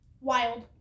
Wild